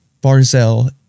Barzell